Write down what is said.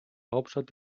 hauptstadt